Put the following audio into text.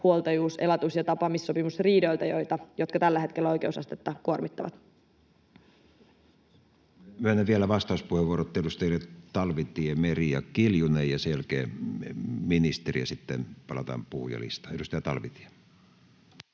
huoltajuus‑, elatus‑ ja tapaamissopimusriidoilta, jotka tällä hetkellä oikeusastetta kuormittavat? Myönnän vielä vastauspuheenvuorot edustajille Talvitie, Meri ja Kiljunen, ja sen jälkeen ministeri, ja sitten palataan puhujalistaan. — Edustaja Talvitie.